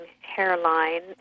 hairline